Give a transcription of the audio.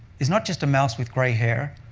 is not just a mouse with gray hair,